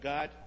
God